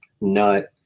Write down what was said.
nut